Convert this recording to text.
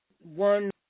one